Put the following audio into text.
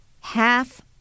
half